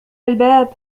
الباب